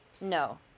No